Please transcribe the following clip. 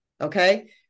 Okay